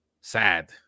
sad